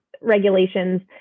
regulations